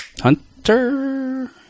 Hunter